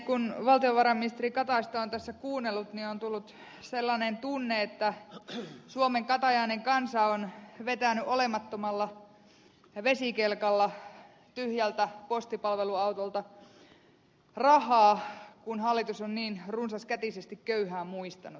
kun valtionvarainministeri kataista on tässä kuunnellut niin on tullut sellainen tunne että suomen katajainen kansa on vetänyt olemattomalla vesikelkalla tyhjältä postipalveluautolta rahaa kun hallitus on niin runsaskätisesti köyhää muistanut